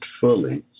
fully